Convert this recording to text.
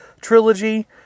trilogy